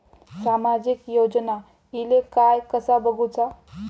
सामाजिक योजना इले काय कसा बघुचा?